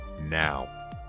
now